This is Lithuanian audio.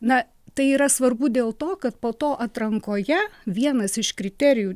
na tai yra svarbu dėl to kad po to atrankoje vienas iš kriterijų